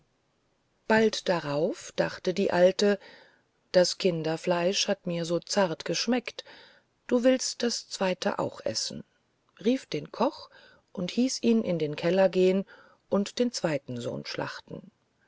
bald darauf dachte die alte das kinderfleisch hat mir so zart geschmeckt du willst das zweite auch essen rief den koch und hieß ihn in den keller gehen und den zweiten sohn schlachten